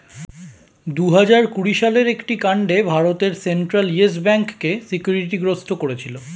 দুহাজার কুড়ি সালের একটি কাণ্ডে ভারতের সেন্ট্রাল ইয়েস ব্যাঙ্ককে সিকিউরিটি গ্রস্ত করেছিল